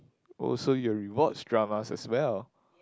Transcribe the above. oh so you'll re watch dramas as well